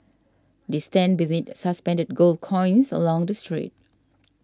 they stand beneath suspended gold coins along the street